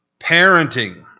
Parenting